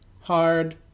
hard